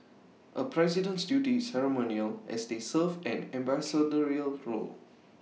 A president's duty is ceremonial as they serve an ambassadorial role